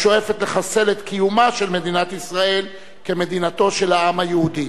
השואפת לחסל את קיומה של מדינת ישראל כמדינתו של העם היהודי.